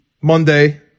Monday